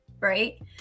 right